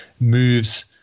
moves